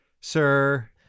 sir